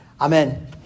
Amen